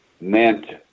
meant